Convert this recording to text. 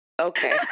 okay